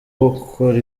gukora